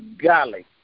golly